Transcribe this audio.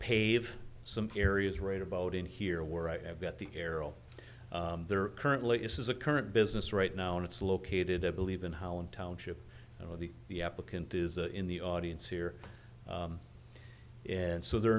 pave some areas right about in here where i have got the arrow there currently is a current business right now and it's located i believe in holland township you know the the applicant is in the audience here and so their